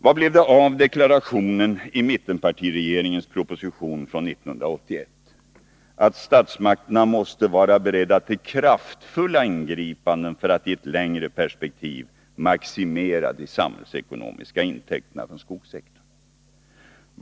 Vad blev det av deklarationen i mittenpartiregeringens proposition från 1981, att statsmakterna måste vara beredda till kraftfulla ingripanden för att i ett längre perspektiv maximera de samhällsekonomiska intäkterna från skogssektorn?